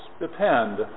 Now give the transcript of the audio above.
depend